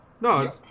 No